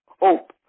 hope